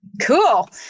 Cool